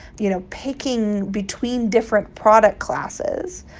you know, picking between different product classes.